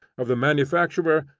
of the manufacturer,